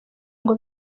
ngo